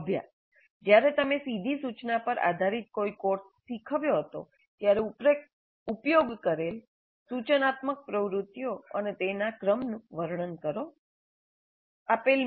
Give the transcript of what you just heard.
અભ્યાસ જ્યારે તમે સીધી સૂચના પર આધારિત કોઈ કોર્સ શીખવ્યો હતો ત્યારે ઉપયોગ કરેલ સુચનાત્મક પ્રવૃત્તિઓ અને તેમના ક્રમનું વર્ણન કરો Tale